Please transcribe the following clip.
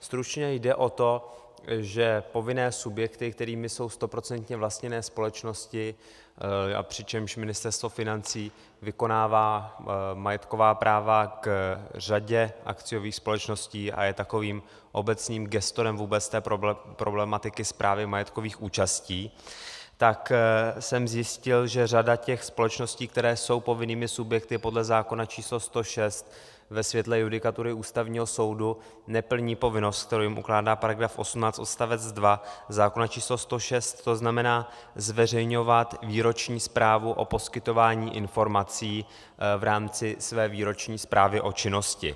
Stručně jde o to, že povinné subjekty, kterými jsou stoprocentně vlastněné společnosti, přičemž Ministerstvo financí vykonává majetková práva k řadě akciových společností a je takovým obecným gestorem problematiky správy majetkových účastí, tak jsem zjistil, že řada společností, které jsou povinnými subjekty podle zákona č. 106 ve světle judikatury Ústavního soudu, neplní povinnost, kterou jim ukládá § 18 odst. 2 zákona č. 106, to znamená zveřejňovat výroční zprávu o poskytování informací v rámci své výroční zprávy o činnosti.